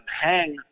hang